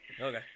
Okay